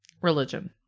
religion